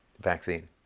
vaccine